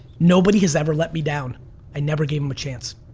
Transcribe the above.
nobody has ever let me down i never gave em' a chance.